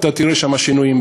אתה תראה שם שינויים,